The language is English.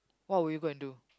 what will you go and do